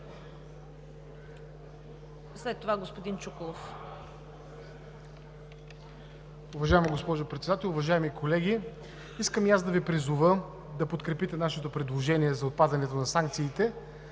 След това господин Чуколов.